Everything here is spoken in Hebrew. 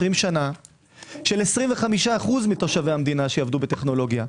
שנה של 25% מתושבי המדינה שיעבדו בטכנולוגיה.